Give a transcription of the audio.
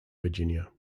virginia